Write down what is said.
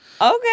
okay